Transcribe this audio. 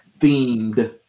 themed